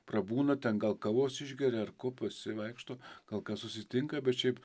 prabūna ten gal kavos išgeria ar ko pasivaikšto gal ką susitinka bet šiaip